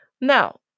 now